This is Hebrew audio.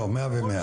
לא, מאה ומאה.